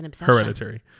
Hereditary